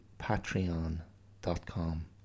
patreon.com